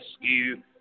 rescue